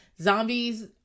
zombies